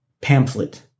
pamphlet